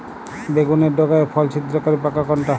বেগুনের ডগা ও ফল ছিদ্রকারী পোকা কোনটা?